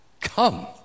come